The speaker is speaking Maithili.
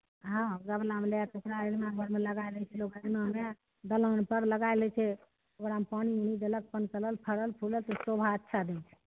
हॅं गमलामे लै कऽ ओकरा ऐ अङ्गना घरमे लगाइ दै छै लोक अङ्गनामे दलानपर लगाइ लै छै ओकरामे पानि उनी देलक चलल फरल फूलल त सोभा अच्छा दै छै